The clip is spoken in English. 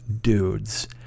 dudes